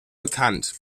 bekannt